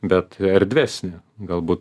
bet erdvesnį galbūt